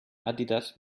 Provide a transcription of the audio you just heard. adidas